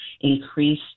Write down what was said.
increase